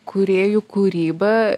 kūrėjų kūrybą